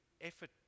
effort